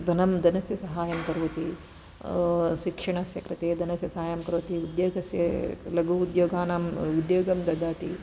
धनं धनस्य सहायं करोति शिक्षणस्य कृते धनसहायं करोति उद्योगस्य लघु उद्योगानाम् उद्योगं ददाति